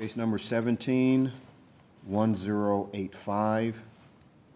it's number seventeen one zero eight five